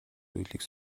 зүйлийг